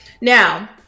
now